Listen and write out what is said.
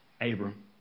Abram